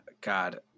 God